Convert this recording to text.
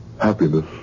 happiness